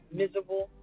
miserable